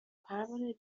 پروانه